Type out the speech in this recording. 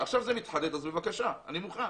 עכשיו זה מתחדד, אז בבקשה, אני מוכן.